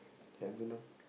haven't lor